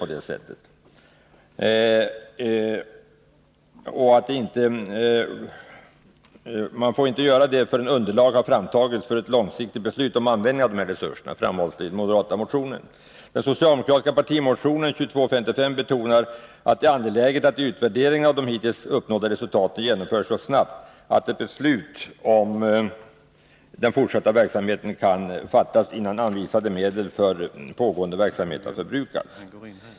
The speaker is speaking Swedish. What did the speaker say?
Anläggningstillgångarna får alltså inte skingras förrän man tagit fram underlag för ett långsiktigt beslut om användningen av resurserna. I den socialdemokratiska partimotionen 2255 betonar man att det är angeläget att utvärderingen av de hittills uppnådda resultaten görs så snabbt att ett beslut om den fortsatta verksamheten kan fattas, innan anvisade medel för pågående verksamhet har förbrukats.